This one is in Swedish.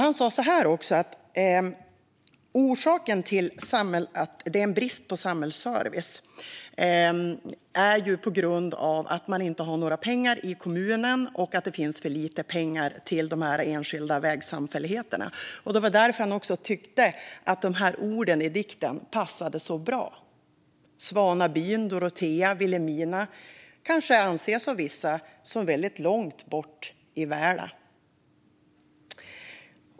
Anders sa också att orsaken till bristen på samhällsservice är att man inte har några pengar i kommunen och att det finns för lite pengar till de enskilda vägsamfälligheterna. Det var därför han tyckte att orden i dikten passade så bra. Svanabyn, Dorotea och Vilhelmina kanske av vissa anses som väldigt "langt bort i väla".